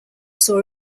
saw